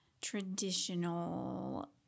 traditional